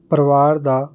ਪਰਿਵਾਰ ਦਾ